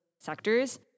sectors